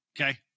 Okay